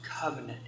covenant